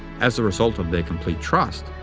as a result of their complete trust,